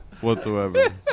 whatsoever